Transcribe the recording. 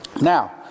Now